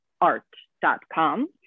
art.com